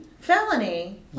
Felony